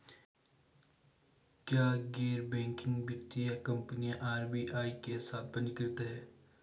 क्या गैर बैंकिंग वित्तीय कंपनियां आर.बी.आई के साथ पंजीकृत हैं?